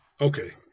Okay